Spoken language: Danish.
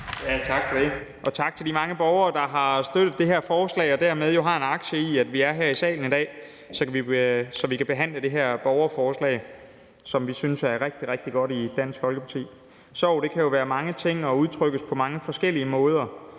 Tak for det, og tak til de mange borgere, der har støttet det her forslag og jo dermed har en aktie i, at vi er her i salen i dag, så vi kan behandle det her borgerforslag, som vi i Dansk Folkeparti synes er rigtig, rigtig godt. Sorg kan jo være mange ting, og det kan udtrykkes på mange forskellige måder,